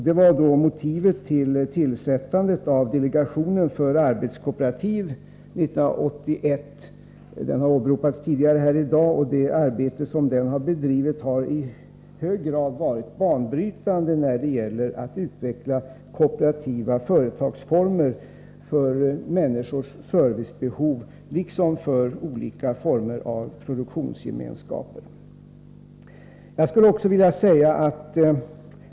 Detta var motivet till att man 1981 tillsatte delegationen för arbetskooperativ. Denna delegation har åberopats tidigare här i dag. Det arbete som den har bedrivit har i hög grad varit banbrytande när det gäller att utveckla kooperativa företagsformer för människors servicebehov liksom för olika former av produktionsgemenskaper.